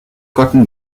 cotton